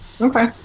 okay